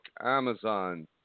Amazon